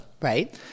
right